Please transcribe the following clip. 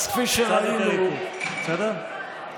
בסדר?